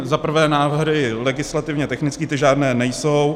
Za prvé návrhy legislativně technické, ty žádné nejsou.